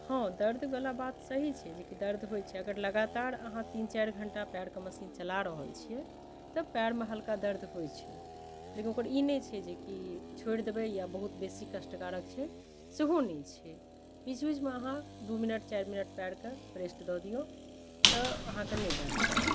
हँ दर्दवला बात सही छै जे कि दर्द होइ छै अगर लगातार अहाँ तीन चारि घण्टा पयरके मशीन चला रहल छियै तऽ पयरमे हल्का दर्द होइ छै लेकिन ओकर ई नहि छै जे कि छोड़ि देबै या बहुत बेसी कष्टकारक छै सेहो नहि छै बीच बीचमे अहाँ दू मिनट चारि मिनट पयरके रेस्ट दऽ दियौ तऽ अहाँके नहि दर्द करत